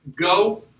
Go